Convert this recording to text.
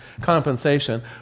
compensation